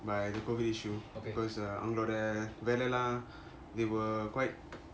by the COVID issue because err வங்களோட வேலைலாம்:vangaloda velailam they were quite